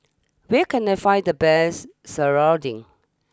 where can I find the best Serunding